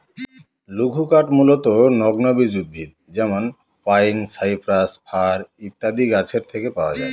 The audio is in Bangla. লঘুকাঠ মূলতঃ নগ্নবীজ উদ্ভিদ যেমন পাইন, সাইপ্রাস, ফার ইত্যাদি গাছের থেকে পাওয়া যায়